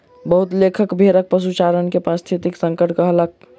बहुत लेखक भेड़क पशुचारण के पारिस्थितिक संकट कहलक